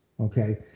Okay